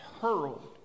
hurled